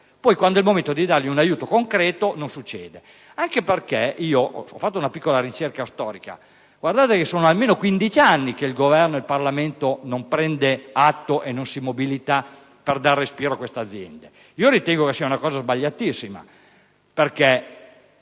Poi, quando è il momento di dare loro un aiuto concreto, non succede niente. Ho fatto una piccola ricerca storica: guardate che sono almeno 15 anni che il Governo ed il Parlamento non prendono atto e non si mobilitano per dare respiro a queste aziende. Ritengo che sia una cosa sbagliatissima.